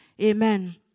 Amen